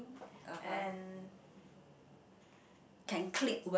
and